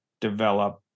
develop